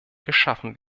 geschaffen